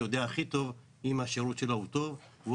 הוא יודע הכי טוב אם השירות שלו הוא טוב והוא